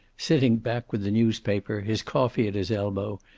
sitting back with the newspaper, his coffee at his elbow,